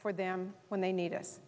for them when they need us